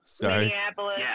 Minneapolis